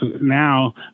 now